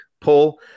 pull